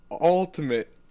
ultimate